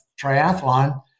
triathlon